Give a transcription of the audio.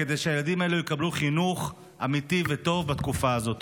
כדי שהילדים האלה יקבלו חינוך אמיתי וטוב בתקופה הזאת.